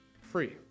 Free